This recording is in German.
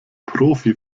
profi